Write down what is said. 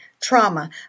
Trauma